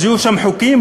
אז יהיו שם חוקים,